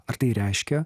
ar tai reiškia